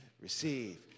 receive